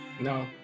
No